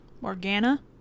Morgana